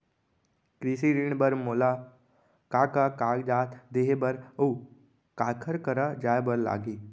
कृषि ऋण बर मोला का का कागजात देहे बर, अऊ काखर करा जाए बर लागही?